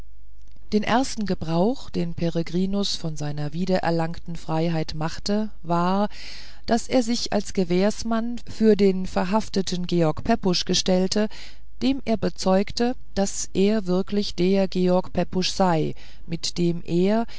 der erste gebrauch den peregrinus von seiner wiedererlangten freiheit machte war daß er sich als gewährsmann für den verhafteten george pepusch gestellte dem er bezeugte daß er wirklich der george pepusch sei mit dem er